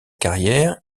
carrière